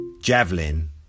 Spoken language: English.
Javelin